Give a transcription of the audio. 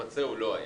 ממצה הוא לא היה.